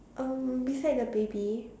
um beside the baby